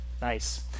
Nice